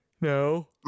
No